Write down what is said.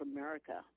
America